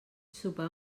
sopar